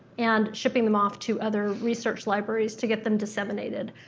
and shipping them off to other research libraries to get them disseminated.